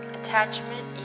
Attachment